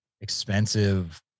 expensive